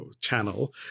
channel